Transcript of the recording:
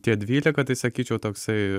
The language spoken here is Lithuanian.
tie dvylika tai sakyčiau toksai